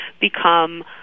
become